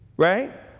Right